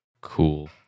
Cool